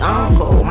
uncle